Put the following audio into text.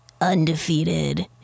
undefeated